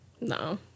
No